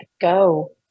go